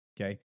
Okay